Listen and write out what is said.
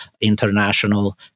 international